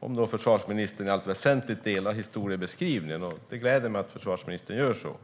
Delar försvarsministern, i allt väsentligt, historiebeskrivningen? Det gläder mig att försvarsministern gör så.